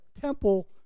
temple